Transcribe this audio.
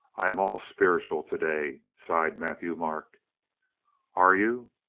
i am all spiritual to-day, sighed matthieu-marc. are you?